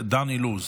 דן אילוז,